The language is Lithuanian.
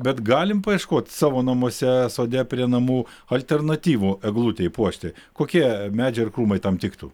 bet galim paieškoti savo namuose sode prie namų alternatyvų eglutei puošti kokie medžiai ir krūmai tam tiktų